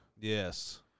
Yes